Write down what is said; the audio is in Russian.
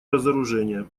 разоружение